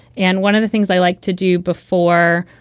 and one of the things i like to do before,